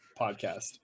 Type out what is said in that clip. podcast